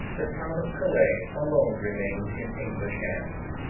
the town of calais alone remained in english hands.